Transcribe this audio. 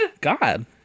God